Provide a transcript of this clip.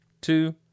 two